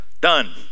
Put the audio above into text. Done